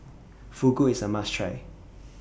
Fugu IS A must Try